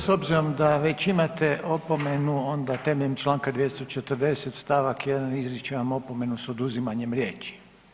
S obzirom da već imate opomenu onda temeljem Članka 240. stavak 1. izričem vam opomenu s oduzimanjem riječi.